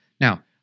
Now